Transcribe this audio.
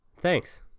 Thanks